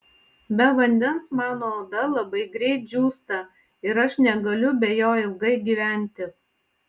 be vandens mano oda labai greit džiūsta ir aš negaliu be jo ilgai gyventi